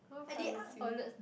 at the arc toilet